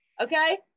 okay